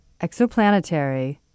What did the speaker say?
Exoplanetary